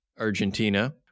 Argentina